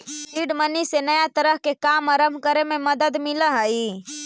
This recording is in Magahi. सीड मनी से नया तरह के काम आरंभ करे में मदद मिलऽ हई